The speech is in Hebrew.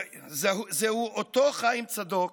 זהו אותו חיים צדוק